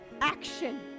Action